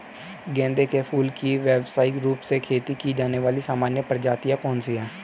गेंदे के फूल की व्यवसायिक रूप से खेती की जाने वाली सामान्य प्रजातियां कौन सी है?